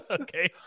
Okay